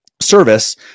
service